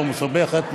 לא מסובכת,